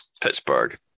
Pittsburgh